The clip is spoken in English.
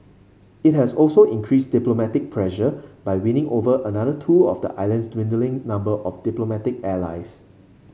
it has also increased diplomatic pressure by winning over another two of the island's dwindling number of diplomatic allies